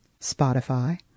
Spotify